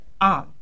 on